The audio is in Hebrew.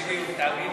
גפני, אני מוכן.